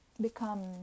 become